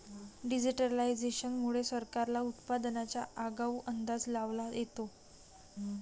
digitisation मुळे सरकारला उत्पादनाचा आगाऊ अंदाज लावता येतो